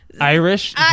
irish